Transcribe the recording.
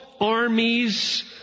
armies